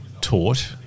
taught